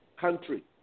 country